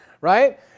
Right